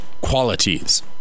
qualities